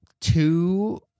two